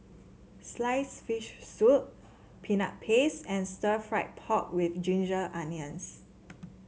sliced fish soup Peanut Paste and Stir Fried Pork with Ginger Onions